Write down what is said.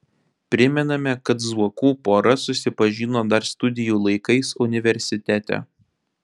primename kad zuokų pora susipažino dar studijų laikais universitete